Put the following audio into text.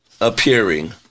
appearing